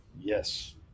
Yes